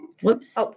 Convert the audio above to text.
Whoops